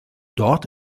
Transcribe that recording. dort